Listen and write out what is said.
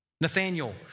Nathaniel